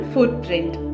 Footprint